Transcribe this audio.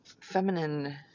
feminine